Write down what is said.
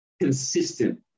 consistent